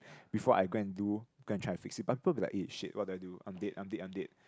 before I go and do go and try fix it but people will be like eh shit what do I do I'm dead I'm dead I'm dead